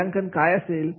मूल्यांकन काय असेल